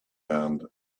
and